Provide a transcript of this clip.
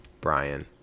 Brian